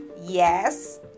Yes